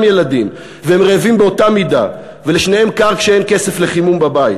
ילדים והם רעבים באותה מידה ולשניהם קר כשאין כסף לחימום בבית.